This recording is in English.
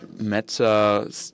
meta